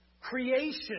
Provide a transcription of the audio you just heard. Creation